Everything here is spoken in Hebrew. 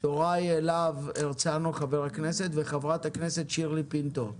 חבר הכנסת יוראי להב הרצנו וחברת הכנסת שירלי פינטו.